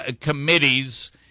committees